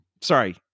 Sorry